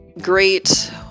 great